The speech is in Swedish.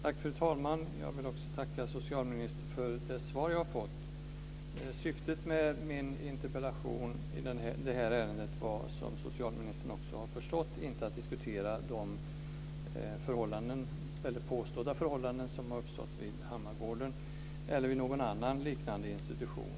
Fru talman! Jag vill tacka socialministern för det svar jag har fått. Syftet med min interpellation i det här ärendet var, som socialministern också har förstått, inte att diskutera de förhållanden eller påstådda förhållanden som uppstått vid Hammargården eller vid någon annan liknande institution.